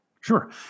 Sure